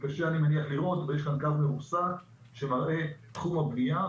אני מניח שקשה לראות אבל יש כאן קו מרוסק שמראה את תחום הבנייה,